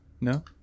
No